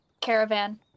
caravan